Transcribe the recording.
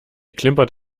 klimpert